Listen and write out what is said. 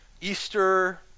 Easter